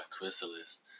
Chrysalis